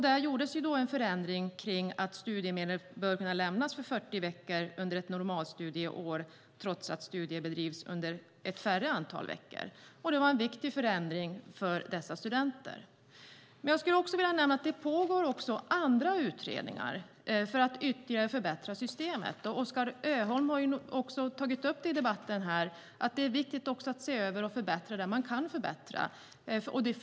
Där gjordes en förändring kring att studiemedel bör kunna lämnas för 40 veckor under ett normalstudieår, trots att studier bedrivs under färre antal veckor. Det var en viktig förändring för dessa studenter. Det pågår också andra utredningar för att ytterligare förbättra systemet. Oskar Öholm har i debatten tagit upp att det är viktigt att se över och förbättra där man kan förbättra.